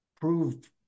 proved